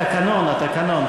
התקנון, התקנון.